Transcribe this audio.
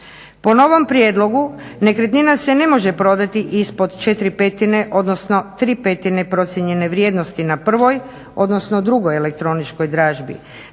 Po novom prijedlogu nekretnina se ne može prodati ispod četiri petine odnosno tri petine procijenjene vrijednosti na prvoj odnosno drugoj elektroničkoj dražbi.